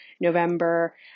November